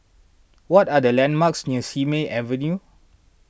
what are the landmarks near Simei Avenue